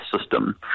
system